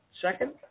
second